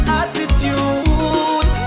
attitude